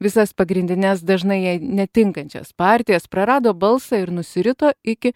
visas pagrindines dažnai jai netinkančias partijas prarado balsą ir nusirito iki